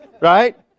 Right